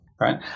right